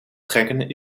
trekken